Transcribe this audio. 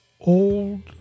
old